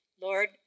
Lord